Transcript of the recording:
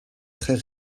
très